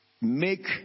make